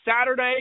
Saturday